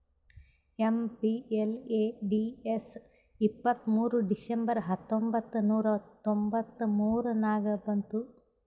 MPLADS ಇಪ್ಪತ್ತ್ಮೂರ್ December ಹತ್ತೊಂಬತ್ ನೂರಾ ತೊಂಬತ್ತ ಮೂರ ನಾಗ ಬಂತು